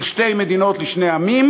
של שתי מדינות לשני עמים,